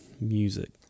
music